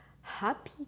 happy